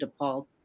DePaul